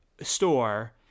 store